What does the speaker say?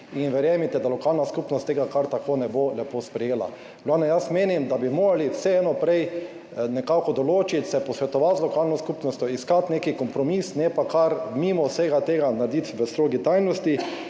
Verjemite, da lokalna skupnost tega kar tako ne bo lepo sprejela. V glavnem, menim, da bi morali vseeno prej nekako določiti, se posvetovati z lokalno skupnostjo, iskati neki kompromis, ne pa kar mimo vsega tega narediti v strogi tajnosti.